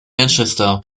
manchester